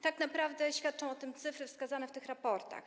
Tak naprawdę świadczą o tym cyfry wskazane w tych raportach.